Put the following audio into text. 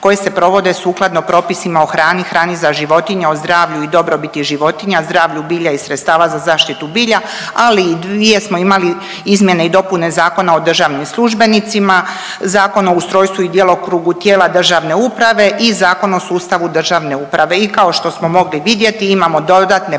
koje se provode sukladno propisima o hrani, hrani za životinje, o zdravlju i dobrobiti životinja, zdravlju bilja i sredstava za zaštitu bilja, ali i dvije smo imali izmjene i dopune Zakona o državnim službenicima, Zakon o ustrojstvu i djelokrugu tijela državne uprave i Zakona o sustavu državne uprave. I kao što smo mogli vidjeti imamo dodatne